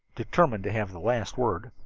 determined to have the last word.